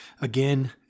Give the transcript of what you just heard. Again